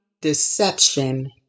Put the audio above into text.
deception